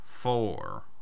Four